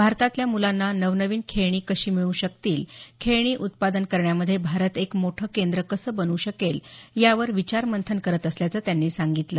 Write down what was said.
भारतातल्या मुलांना नवनवीन खेळणी कशी मिळू शकतील खेळणी उत्पादन करण्यामध्ये भारत एक मोठे केंद्र कसे बनू शकेल यावर विचारमंथन करत असल्याचं त्यांनी सांगितलं